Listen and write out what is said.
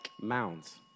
Mounds